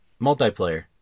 multiplayer